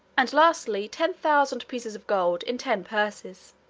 and lastly, ten thousand pieces of gold in ten purses.